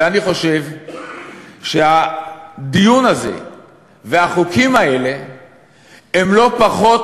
ואני חושב שהדיון הזה והחוקים האלה הם לא פחות